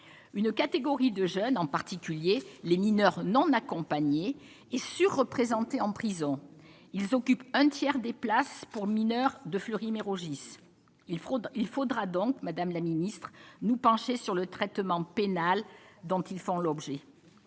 une catégorie de jeunes, en particulier les mineurs non accompagnés est surreprésenté en prison, ils occupent un tiers des places pour mineurs de Fleury-Mérogis il fraude, il faudra donc madame la ministre nous pencher sur le traitement pénal dont ils font l'objet,